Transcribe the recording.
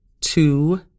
two